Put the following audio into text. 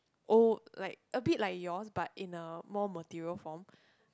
old like a bit like yours but in a more material form